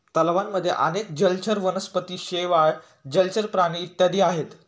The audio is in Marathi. तलावांमध्ये अनेक जलचर वनस्पती, शेवाळ, जलचर प्राणी इत्यादी आहेत